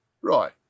Right